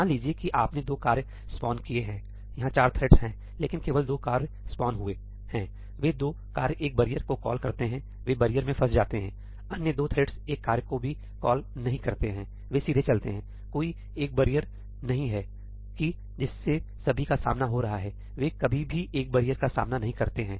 मान लीजिए कि आपने दो कार्य स्पॉन किए हैं यहां चार थ्रेड्स हैं लेकिन केवल दो कार्य स्पॉन हुए हैं वे दो कार्य एक बैरियर को कॉलकरते हैं वे बैरियर में फंस जाते हैं अन्य दो थ्रेड्स एक कार्य को भी कॉलनहीं करते हैं वे सीधे चलते हैं कोई एक बैरियर नहीं है कि जिससे सभी का सामना हो रहा है वे कभी भी एक बैरियर का सामना नहीं करते हैं